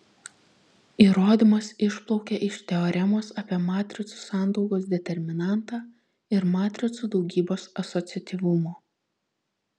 įrodymas išplaukia iš teoremos apie matricų sandaugos determinantą ir matricų daugybos asociatyvumo